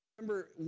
remember